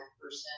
person